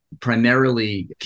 primarily